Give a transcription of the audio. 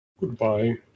Goodbye